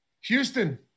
Houston